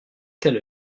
telle